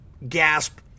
Gasp